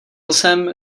jsem